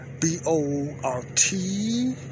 B-O-R-T